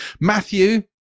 Matthew